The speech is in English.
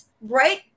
right